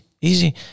easy